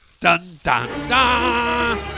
Dun-dun-dun